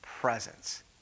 presence